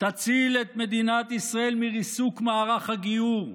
תציל את מדינת ישראל מריסוק מערך הגיור,